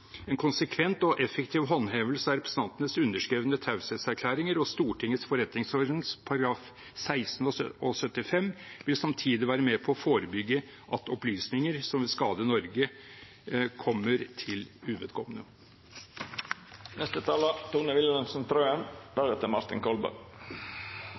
En konsekvent og effektiv håndhevelse av representantenes underskrevne taushetserklæringer og Stortingets forretningsorden §§ 16 og 75 vil samtidig være med på å forebygge at opplysninger som vil skade Norge, kommer til